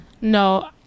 No